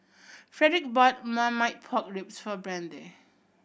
Fredric bought Marmite Pork Ribs for Brandee